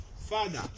Father